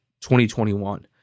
2021